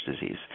disease